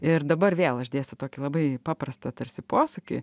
ir dabar vėl aš dėsiu tokį labai paprastą tarsi posakį